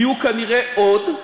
יהיו כנראה עוד,